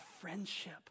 friendship